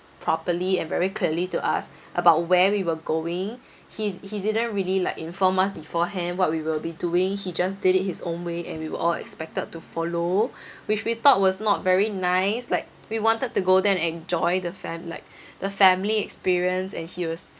properly and very clearly to us about where we were going he he didn't really like inform us beforehand what we will be doing he just did it his own way and we were all expected to follow which we thought was not very nice like we wanted to go there and enjoy the fam~ like the family experience and he was